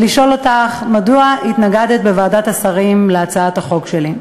ולשאול אותך: מדוע התנגדת בוועדת השרים להצעת החוק שלי?